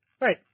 right